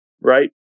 right